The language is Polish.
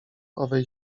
owej